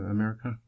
America